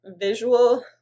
visual